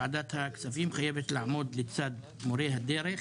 ועדת הכספים חייבת לעמוד לצד מורי הדרך